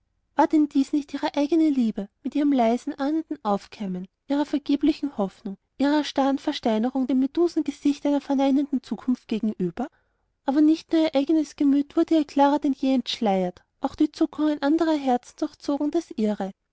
denn dies nicht ihre eigene liebe in ihrem leisen ahnenden aufkeimen ihrer vergeblichen hoffnung ihrer starren versteinerung dem medusengesicht einer verneinenden zukunft gegenüber aber nicht nur ihr eigenes gemüt wurde ihr klarer denn je entschleiert auch die zuckungen anderer herzen durchzogen das ihre